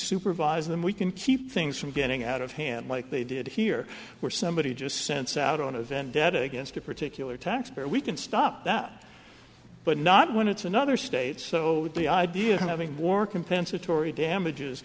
supervise them we can keep things from getting out of hand like they did here where somebody just sends out on a vendetta against a particular taxpayer we can stop that but not when it's another state so the idea of having war compensatory damages